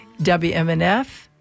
WMNF